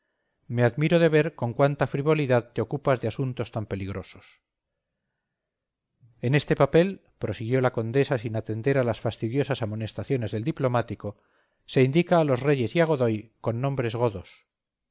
me admiro de ver con cuánta frivolidad te ocupas de asuntos tan peligrosos en este papel prosiguió la condesa sin atender a las fastidiosas amonestaciones del diplomático se indica a los reyes y a godoy con nombres godos